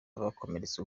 abakomeretse